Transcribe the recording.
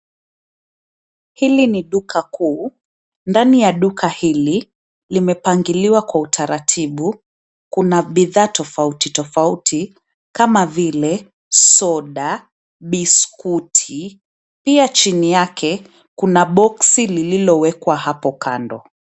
Hili ni duka kuu. Ndani ya duka hili, limepangiliwa kwa utaratibu. Kuna bidhaa tofauti tofauti, kama vile: soda, biskuti. Pia chini yake, kuna boksi lililowekwa hapo kando.